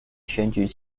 选举